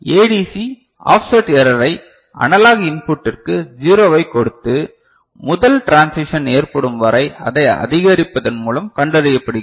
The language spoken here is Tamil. ADC ஆஃப்செட் எரரை அனலாக் இன்புட்டிற்கு ஜீரோ வைக் கொடுத்து முதல் ட்ரான்சிஷன் ஏற்படும் வரை அதை அதிகரிப்பதன் மூலம் கண்டறியப்படுகிறது